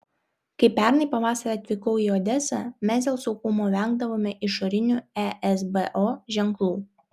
kai pernai pavasarį atvykau į odesą mes dėl saugumo vengdavome išorinių esbo ženklų